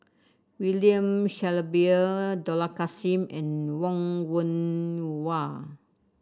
William Shellabear Dollah Kassim and Wong Yoon Wah